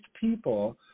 people